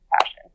passion